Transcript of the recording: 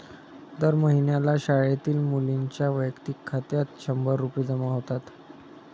दर महिन्याला शाळेतील मुलींच्या वैयक्तिक खात्यात शंभर रुपये जमा होतात